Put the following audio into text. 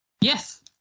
Yes